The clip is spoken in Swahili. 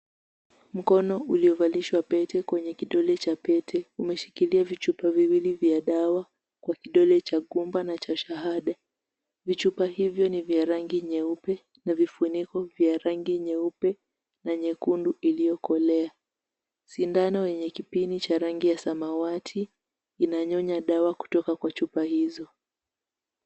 Mkono uliovalishwa pete kwenye kidole cha pete, umeshikilia vichupa viwili vya dawa, kwa kidole cha gumba na shahada. Vichupa hivi ni vya rangi nyeupe na vifuniko vya rangi nyeupe na nyekundu iliyokolea. Sindano yenye kipini ya rangi ya samawati, inanyonya dawa kutoka kwa chupa hizo.